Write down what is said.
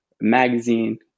magazine